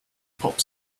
pop